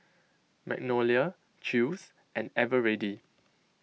Magnolia Chew's and Eveready